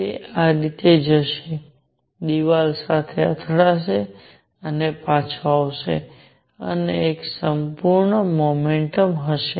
તે આ રીતે જશે દિવાલ સાથે અથડાશે અને પાછો આવશે અને તે એક સંપૂર્ણ મોમેન્ટમ હશે